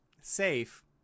safe